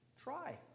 try